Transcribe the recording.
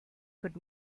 could